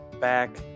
back